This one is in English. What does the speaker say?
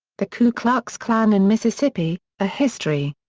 the ku klux klan in mississippi a history.